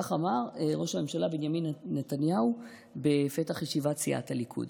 כך אמר ראש הממשלה בנימין נתניהו בפתח ישיבת סיעת הליכוד.